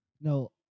no